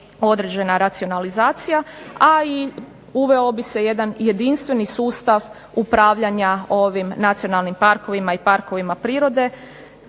određena racionalizacija, a i uveo bi se jedan jedinstveni sustav upravljanja ovim nacionalnim parkovima i parkovima prirode.